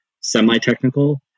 semi-technical